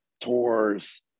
tours